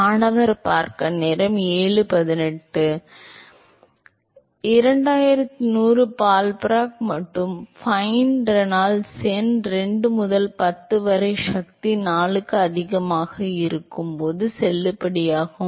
மாணவர் 2100 பால்பார்க் மற்றும் fine Reynolds எண் 2 முதல் 10 வரை சக்தி 4க்கு அதிகமாக இருக்கும் போது இது செல்லுபடியாகும்